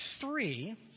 three